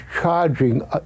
charging